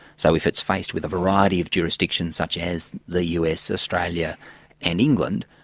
so if it's faced with a variety of jurisdictions such as the us, australia and england,